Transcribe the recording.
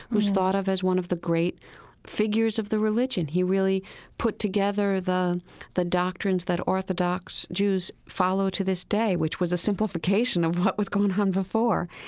who's thought of as one of the great figures of the religion. he really put together the the doctrines that orthodox jews follow to this day, which was a simplification of what was going on before.